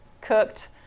cooked